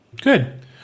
Good